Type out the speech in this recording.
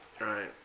Right